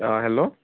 অঁ হেল্ল'